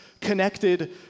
connected